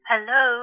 Hello